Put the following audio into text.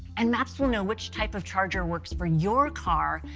and maps will know which type of charger works for your car,